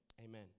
amen